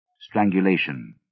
strangulation